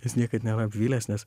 jis niekad nėra apvylęs nes